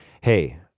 Hey